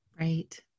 Right